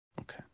Okay